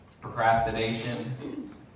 procrastination